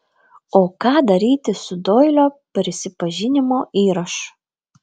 o ką daryti su doilio prisipažinimo įrašu